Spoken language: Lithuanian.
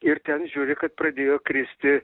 ir ten žiūri kad pradėjo kristi